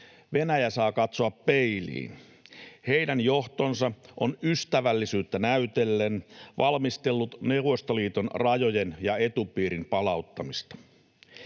Venäjä saa katsoa peiliin. Heidän johtonsa on ystävällisyyttä näytellen valmistellut Neuvostoliiton rajojen ja etupiirin palauttamista.